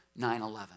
9-11